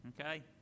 okay